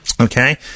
Okay